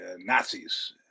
Nazis